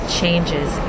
changes